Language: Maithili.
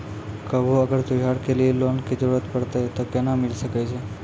कभो अगर त्योहार के लिए लोन के जरूरत परतै तऽ केना मिल सकै छै?